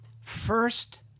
First